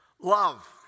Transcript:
Love